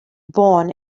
born